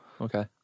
Okay